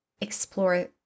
explore